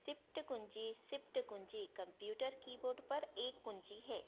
shift कुँजी shift कुँजी computer keyboard पर एक कुँजी है